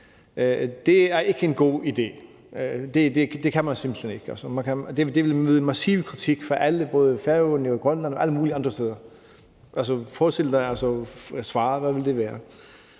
Det er ikke en god idé. Det kan man simpelt hen ikke. Det vil møde massiv kritik fra alle, både fra Færøerne, Grønland og alle mulige andre steder. Forestil dig, hvad svaret ville være.